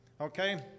Okay